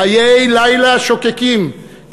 חיי לילה שוקקים.